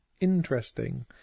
interesting